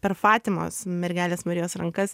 per fatimos mergelės marijos rankas